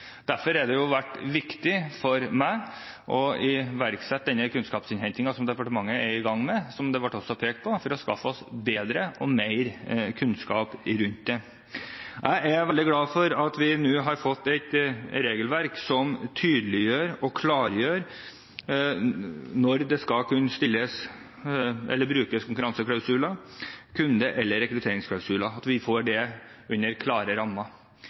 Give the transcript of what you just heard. Derfor har det vært viktig for meg å iverksette denne kunnskapsinnhentingen som departementet er i gang med, som det også ble pekt på, for å skaffe oss bedre og mer kunnskap om dette. Jeg er veldig glad for at vi nå har fått et regelverk som tydeliggjør og klargjør når det skal brukes konkurranseklausuler, kunde- eller rekrutteringsklausuler – at vi får det inn under klare rammer.